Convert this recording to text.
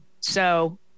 So-